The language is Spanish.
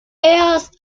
east